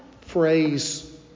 phrase